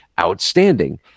outstanding